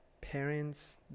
parents